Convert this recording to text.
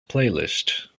playlist